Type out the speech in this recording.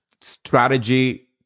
strategy